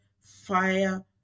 fire